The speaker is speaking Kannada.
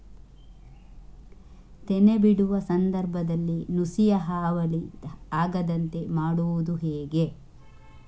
ತೆನೆ ಬಿಡುವ ಸಂದರ್ಭದಲ್ಲಿ ನುಸಿಯ ಹಾವಳಿ ಆಗದಂತೆ ಮಾಡುವುದು ಹೇಗೆ?